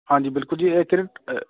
ਹਾਂਜੀ ਬਿਲਕੁਲ ਜੀ